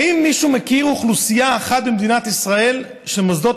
האם מישהו מכיר אוכלוסייה אחת במדינת ישראל שמוסדות